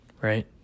Right